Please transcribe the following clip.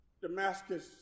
Damascus